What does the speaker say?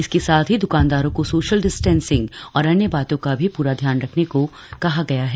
इसके साथ ही दुकानदारों को सोशल डिस्टेंसिंग और अन्य बातों का भी पूरा ध्यान रखने को कहा गया है